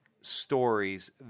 stories